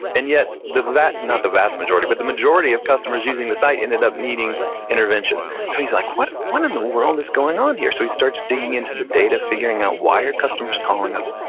and yet the, not the vast majority, but the majority of customers using the site ended up needing intervention. so he's like, what? what in the world is going on here? so he starts digging into the data figuring out why are customers calling us.